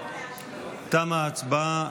בעד תמה ההצבעה.